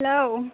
hello